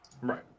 Right